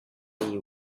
you